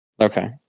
okay